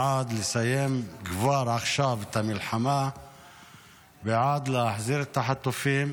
בעד לסיים כבר עכשיו את המלחמה ועד להחזיר את החטופים,